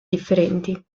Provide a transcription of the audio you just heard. differenti